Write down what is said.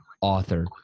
author